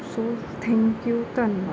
so thank you ਧੰਨਵਾਦ